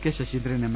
K Saseendran M